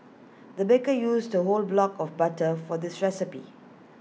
the baker used A whole block of butter for this recipe